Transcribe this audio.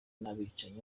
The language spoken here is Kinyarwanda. n’abicanyi